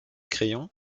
crayons